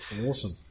Awesome